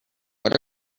what